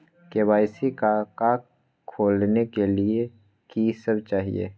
KYC का का खोलने के लिए कि सब चाहिए?